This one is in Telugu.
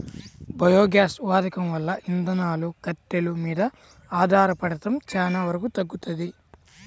బయోగ్యాస్ వాడకం వల్ల ఇంధనాలు, కట్టెలు మీద ఆధారపడటం చానా వరకు తగ్గుతది